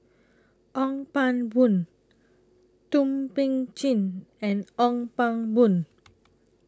Ong Pang Boon Thum Ping Tjin and Ong Pang Boon